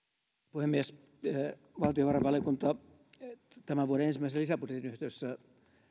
puhemies valtiovarainvaliokunta tämän vuoden ensimmäisen lisäbudjetin yhteydessä